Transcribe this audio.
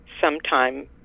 sometime